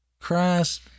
Christ